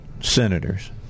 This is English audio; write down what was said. senators